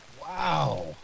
Wow